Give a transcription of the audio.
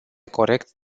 corect